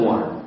One